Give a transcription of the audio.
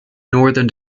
northern